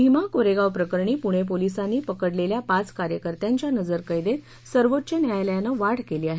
भीमा कोरेगाव प्रकरणी पुणे पोलिसांनी पकडलेल्या पाच कार्यकर्त्यांच्या नजरक्दीत सर्वोच्च न्यायालयानं वाढ केली आहे